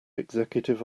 executive